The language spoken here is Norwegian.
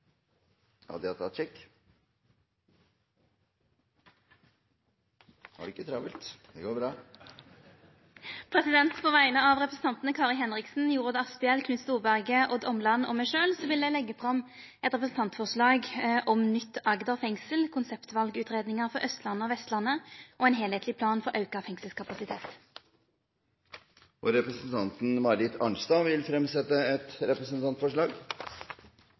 På vegner av representantane Kari Henriksen, Jorodd Asphjell, Knut Storberget, Odd Omland og meg sjølv vil eg leggja fram eit representantforslag om nytt Agder fengsel, konseptvalutgreiingar for Østlandet og Vestlandet og ein heilskapleg plan for auka fengselskapasitet. Representanten Marit Arnstad vil fremsette et representantforslag.